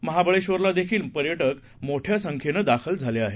महाबळेश्वरला देखील पर्यटक मोठ्या संख्येनं दाखल झाले आहेत